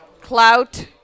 Clout